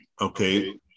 Okay